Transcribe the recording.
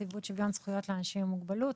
נציבות שוויון זכויות לאנשים עם מוגבלות,